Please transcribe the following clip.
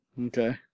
Okay